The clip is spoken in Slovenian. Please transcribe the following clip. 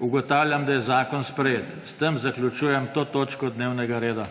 Ugotavljam, da je zakon sprejet. S tem zaključujem to točko dnevnega reda.